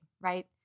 Right